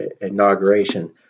inauguration